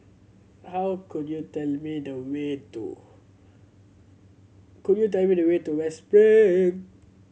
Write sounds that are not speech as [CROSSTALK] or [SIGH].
how could you tell me the way to could you tell me the way to West [UNINTELLIGIBLE]